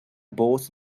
boss